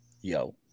yo